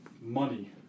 Money